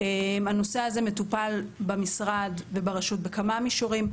הנושא הזה מטופל במשרד וברשות בכמה מישורים.